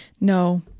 No